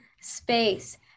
space